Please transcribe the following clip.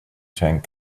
tang